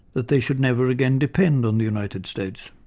that they should never again depend on the united states.